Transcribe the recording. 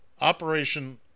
operation